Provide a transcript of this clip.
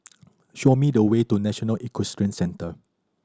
show me the way to National Equestrian Centre